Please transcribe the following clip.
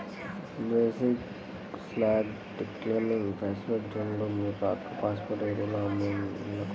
basic slag, డిక్లైమ్ phosphate, bone meal rock phosphate ఎరువులను ఆమ్ల నేలలకు వేయాలి